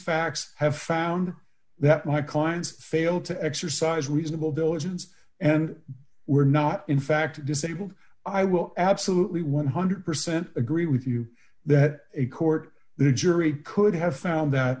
facts have found that my clients failed to exercise reasonable diligence and were not in fact disabled i will absolutely one hundred percent agree with you that a court the jury could have found that